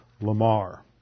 Lamar